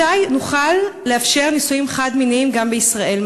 מתי נוכל לאפשר נישואים אזרחיים חד-מיניים גם בישראל?